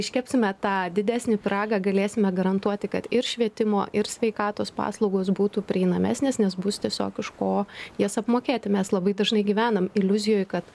iškepsime tą didesnį pyragą galėsime garantuoti kad ir švietimo ir sveikatos paslaugos būtų prieinamesnės nes bus tiesiog iš ko jas apmokėti mes labai dažnai gyvenam iliuzijoj kad